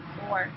four